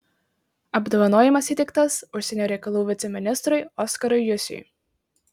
apdovanojimas įteiktas užsienio reikalų viceministrui oskarui jusiui